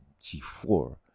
G4